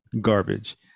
garbage